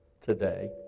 today